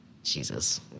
Jesus